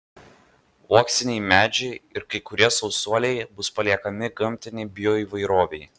uoksiniai medžiai ir kai kurie sausuoliai bus paliekami gamtinei bioįvairovei